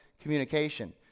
communication